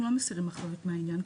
אנחנו לא מסירים אחריות מהעניין,